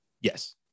Yes